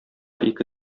ике